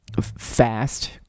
fast